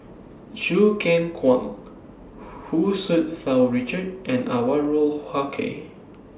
Choo Keng Kwang Hu Tsu Richard and Anwarul Haque